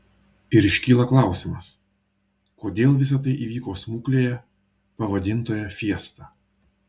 ir iškyla klausimas kodėl visa tai įvyko smuklėje pavadintoje fiesta